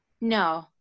no